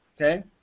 okay